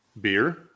Beer